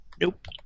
Nope